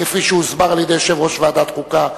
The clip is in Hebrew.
כפי שהוסברה על-ידי יושב-ראש ועדת החוקה,